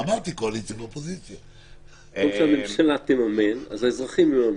אם הממשלה תממן אז האזרחים יהיו אמינים.